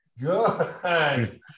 Good